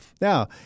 now